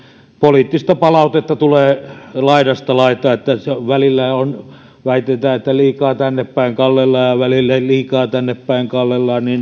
poliittista palautetta tulee laidasta laitaan välillä väitetään että on liikaa tännepäin kallellaan ja välillä että liikaa sinnepäin kallellaan